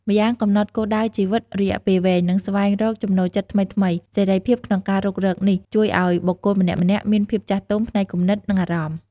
ម្យ៉ាងកំណត់គោលដៅជីវិតរយៈពេលវែង និងស្វែងរកចំណូលចិត្តថ្មីៗ។ សេរីភាពក្នុងការរុករកនេះ ជួយឱ្យបុគ្គលម្នាក់ៗមានភាពចាស់ទុំផ្នែកគំនិត និងអារម្មណ៍។